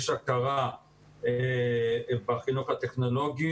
יש הכרה בחינוך הטכנולוגי.